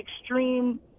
extreme